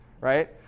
right